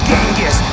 Genghis